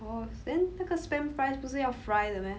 oh then 那个 spam fries 不是要 fry 的 meh